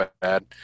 bad